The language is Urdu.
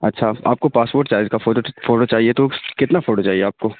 اچھا آپ کو پاسپورٹ سائز کا فوٹو فوٹو چاہیے تو کتنا فوٹو چاہیے آپ کو